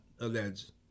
alleged